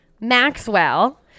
Maxwell